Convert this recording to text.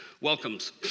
welcomes